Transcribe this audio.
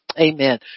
Amen